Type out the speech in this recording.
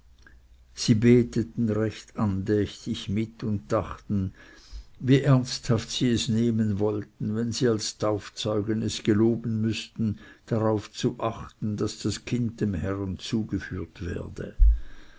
sie beteten recht andächtig mit und dachten wie ernsthaft sie es nehmen wollten wenn sie als taufzeugen es geloben müßten darauf zu achten daß das kind dem herrn zugeführt werde